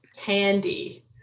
candy